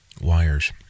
wires